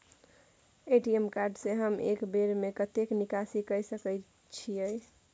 ATM card से हम एक बेर में कतेक निकासी कय सके छथिन?